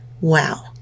Wow